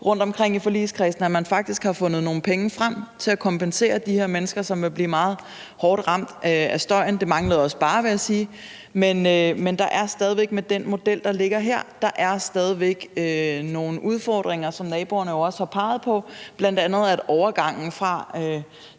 rundtomkring i forligskredsen, så man faktisk har fundet nogle penge frem til at kompensere de her mennesker, som vil blive meget hårdt ramt af støjen. Det manglede også bare, vil jeg sige. Men der er stadig med den model, der ligger her, nogle udfordringer, som naboerne jo også har peget på, bl.a. overgangen